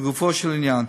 לגופו של עניין,